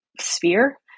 sphere